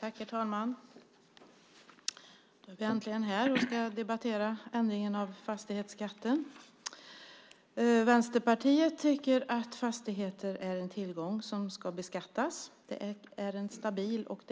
Herr talman! Nu är vi äntligen här och ska debattera förslaget om en ändring av fastighetsskatten. Vänsterpartiet tycker att fastigheter är en tillgång som ska beskattas. Det är en stabil och